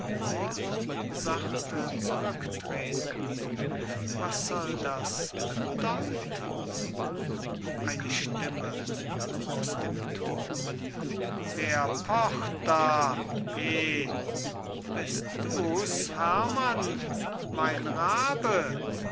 was soll das bedeuten eine stimme aus dem schloß wer pocht da he bist du's herrmann mein rabe